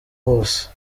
hose